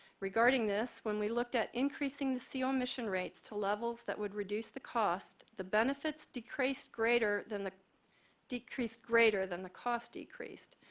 regarding this, when we looked at increasing the co emission rates to levels that would reduce the cost, the benefits decreased greater than the decreased greater than the cost decreased.